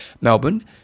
Melbourne